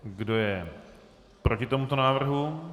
Kdo je proti tomuto návrhu?